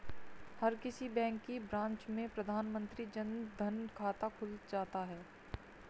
हर किसी बैंक की ब्रांच में प्रधानमंत्री जन धन खाता खुल जाता है